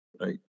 Right